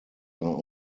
are